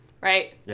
Right